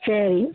சரி